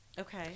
Okay